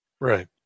Right